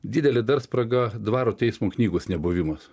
didelė dar spraga dvaro teismo knygos nebuvimas